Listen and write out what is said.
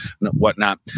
whatnot